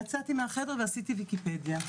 יצאתי מהחדר ועשיתי ויקיפדיה,